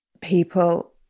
People